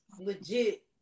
legit